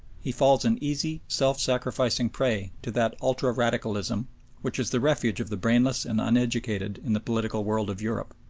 he falls an easy, self-sacrificing prey to that ultra-radicalism which is the refuge of the brainless and uneducated in the political world of europe.